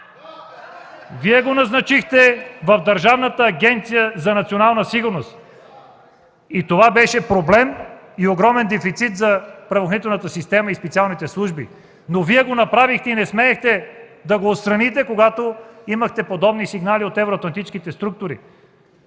Вие го назначихте в Държавната агенция за национална сигурност, което беше проблем и огромен дефицит за правоохранителната система и специалните служби. Но Вие го направихте и не смеехте да го отстраните, когато имахте подобни сигнали от евроатлантическите структури,